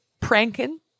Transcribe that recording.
pranking